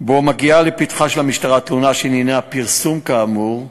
שבו מגיעה לפתחה של המשטרה תלונה שעניינה פרסום כאמור.